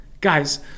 Guys